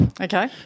Okay